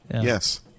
Yes